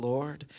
Lord